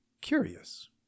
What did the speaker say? curious